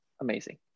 amazing